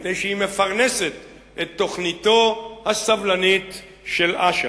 מפני שהיא מפרנסת את תוכניתו הסבלנית של אש"ף.